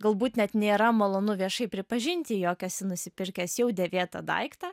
galbūt net nėra malonu viešai pripažinti jog esi nusipirkęs jau dėvėtą daiktą